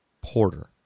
Porter